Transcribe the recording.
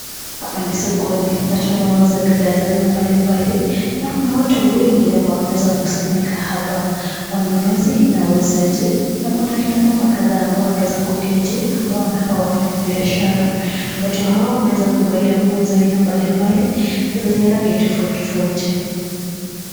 Apa ni sokoni na watu wanauza bidhaa za aina mbalimbali na kuna watu wengi ambao wameweza kukusanyika hapa wanunuzi na wauzaji, na kuna kina mama kadhaa ambao wameweza kuketi ambao wanakaa wafanya biashara. Watu hao wameweza kuvalia nguo za haina mbalimbali na zenye rangi tofauti tofauti.